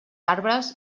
arbres